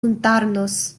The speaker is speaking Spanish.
juntarnos